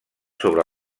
sobre